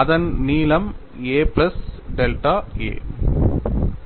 அதன் அதன் நீளம் a பிளஸ் டெல்டா a